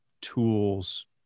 tools